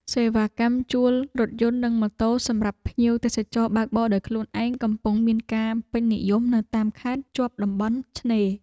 សេវាកម្មជួលរថយន្តនិងម៉ូតូសម្រាប់ភ្ញៀវទេសចរបើកបរដោយខ្លួនឯងកំពុងមានការពេញនិយមនៅតាមខេត្តជាប់តំបន់ឆ្នេរ។